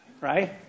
right